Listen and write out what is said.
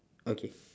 okay